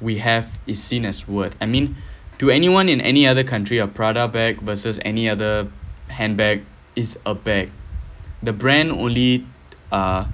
we have is seen as worth I mean to anyone in any other country a prada bag versus any other handbag is a bag the brand only uh